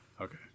Okay